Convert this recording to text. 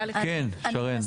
כן שרן, בבקשה.